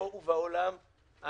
פה ובעולם,